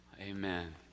amen